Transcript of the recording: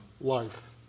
life